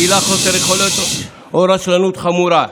גילה חוסר יכולת או רשלנות חמורה".